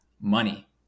money